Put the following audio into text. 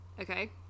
okay